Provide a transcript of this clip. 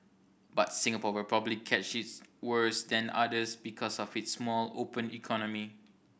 but Singapore will probably catch its worse than others because of its small open economy